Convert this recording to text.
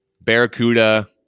Barracuda